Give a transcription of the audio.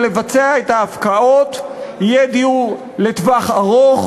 לבצע את ההפקעות יהיה דיור לטווח ארוך.